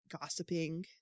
gossiping